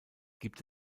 gibt